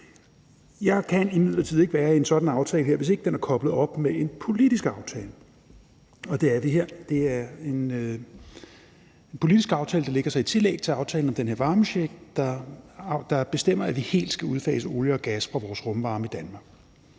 Jeg kan imidlertid ikke være i en sådan aftale her, hvis ikke den er koblet op med en politisk aftale, og det er det her. Det er en politisk aftale, der lægger sig i tillæg til aftalen om den her varmecheck, der bestemmer, at vi helt skal udfase olie og gas i vores rumvarme i Danmark.